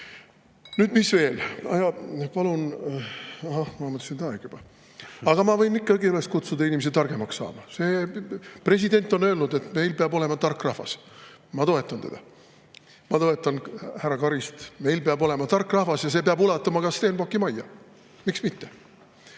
Nüüd, mis veel? Ma võin ikkagi üles kutsuda inimesi targemaks saama. President on öelnud, et meil peab olema tark rahvas. Ma toetan teda. Ma toetan härra Karist – meil peab olema tark rahvas ja see peab ulatuma ka Stenbocki majja. Miks mitte?